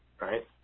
right